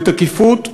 בתקיפות,